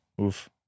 Oof